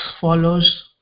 follows